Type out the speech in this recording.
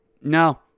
no